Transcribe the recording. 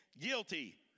guilty